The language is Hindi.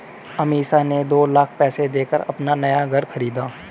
अमीषा ने दो लाख पैसे देकर अपना नया घर खरीदा